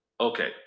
Okay